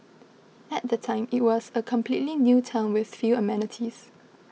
at the time it was a completely new town with few amenities